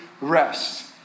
rest